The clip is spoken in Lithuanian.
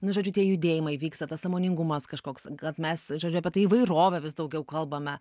nu žodžiu tie judėjimai vyksta tas sąmoningumas kažkoks kad mes žodžiu apie tai įvairovę vis daugiau kalbame